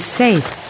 safe